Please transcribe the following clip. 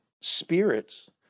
spirits